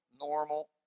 normal